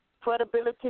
credibility